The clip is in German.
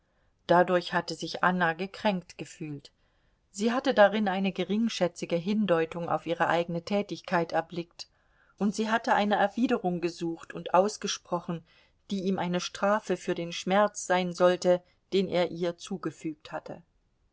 dadurch hatte sich anna gekränkt gefühlt sie hatte darin eine geringschätzige hindeutung auf ihre eigene tätigkeit erblickt und sie hatte eine erwiderung gesucht und ausgesprochen die ihm eine strafe für den schmerz sein sollte den er ihr zugefügt hatte